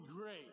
great